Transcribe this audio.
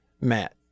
Matt